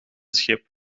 schip